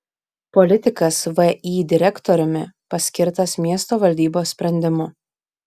politikas vį direktoriumi paskirtas miesto valdybos sprendimu